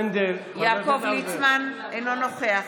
יעקב ליצמן, אינו נוכח